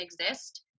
exist